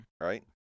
right